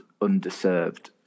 underserved